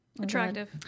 Attractive